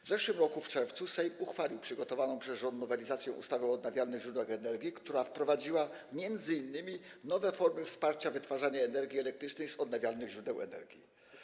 W zeszłym roku w czerwcu Sejm uchwalił przygotowaną przez rząd nowelizację ustawy o odnawialnych źródłach energii, która wprowadziła m.in. nowe formy wsparcia wytwarzania energii elektrycznej z odnawialnych źródeł energii.